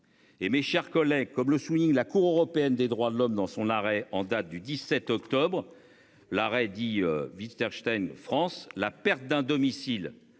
Et mes chers collègues. Comme le souligne la Cour européenne des droits de l'homme dans son arrêt en date du 17 octobre l'arrêt dit Winterstein France la perte d'un domicile